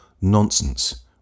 nonsense